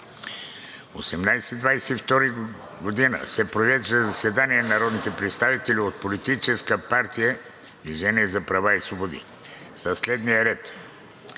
2022 г. се проведе заседание на народните представители от Политическа партия „Движение за права и свободи“ със следния